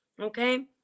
Okay